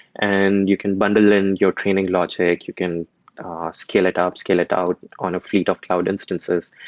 and you can bundle in your training logic. you can scale it up, scale it out on a fleet of cloud instances.